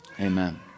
amen